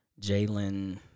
Jalen